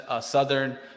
Southern